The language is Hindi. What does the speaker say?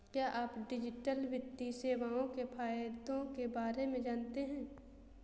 क्या आप डिजिटल वित्तीय सेवाओं के फायदों के बारे में जानते हैं?